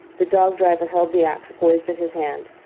the dog-driver held the axe poised in his hand,